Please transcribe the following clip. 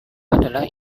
adalah